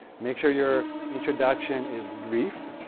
make sure your introduction is brief.